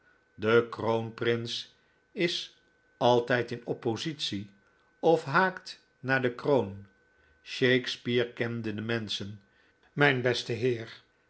de kroonprins is altijd in oppositie of haakt naar de kroon shakespeare kende de menschen mijn beste heer